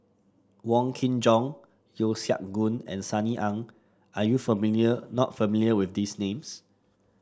Wong Kin Jong Yeo Siak Goon and Sunny Ang are you familiar not familiar with these names